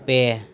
ᱯᱮ